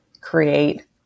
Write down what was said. create